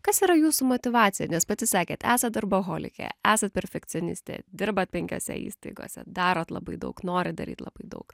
kas yra jūsų motyvacija nes pati sakėt esat darboholikė esat perfekcionistė dirbat penkiose įstaigose darot labai daug norit daryt labai daug